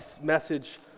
message